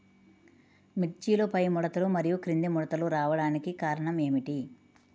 మిర్చిలో పైముడతలు మరియు క్రింది ముడతలు రావడానికి కారణం ఏమిటి?